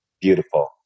Beautiful